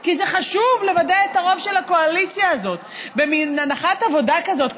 כי זה חשוב לוודא את הרוב של הקואליציה הזאת במין הנחת עבודה כזאת.